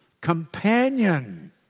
companion